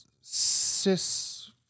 cis